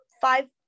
five